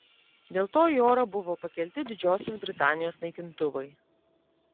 dėl to į orą buvo pakelti didžiosios britanijos naikintuvai